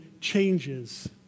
changes